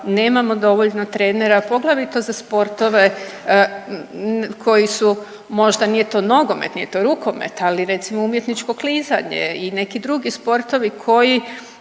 nemamo dovoljno trenera poglavito za sportove koji su možda nije to nogomet, nije to rukomet, ali recimo umjetničko klizanje i neki drugi sportovi koji